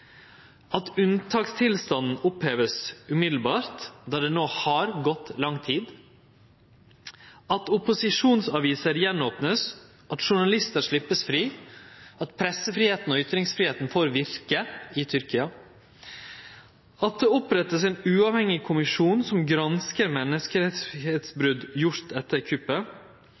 at unntakstilstanden, der det no har gått lang tid, vert oppheva straks, at opposisjonsaviser vert opna igjen, at journalistar vert sleppte fri, at pressefridomen og ytringsfridomen får verke i Tyrkia, at det vert oppretta ein uavhengig kommisjon som granskar menneskerettsbrot som er gjorde etter kuppet,